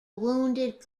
wounded